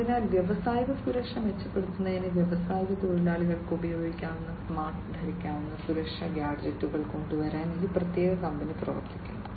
അതിനാൽ വ്യാവസായിക സുരക്ഷ മെച്ചപ്പെടുത്തുന്നതിന് വ്യാവസായിക തൊഴിലാളികൾക്ക് ഉപയോഗിക്കാവുന്ന സ്മാർട്ട് ധരിക്കാവുന്ന സുരക്ഷാ ഗാഡ്ജെറ്റുകൾ കൊണ്ടുവരാൻ ഈ പ്രത്യേക കമ്പനി പ്രവർത്തിക്കുന്നു